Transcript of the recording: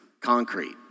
concrete